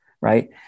right